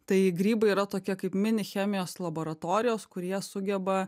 tai grybai yra tokie kaip mini chemijos laboratorijos kurie sugeba